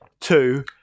two